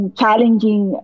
challenging